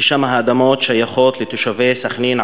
ששם האדמות שייכות לתושבי סח'נין,